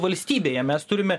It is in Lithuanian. valstybėje mes turime